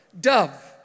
dove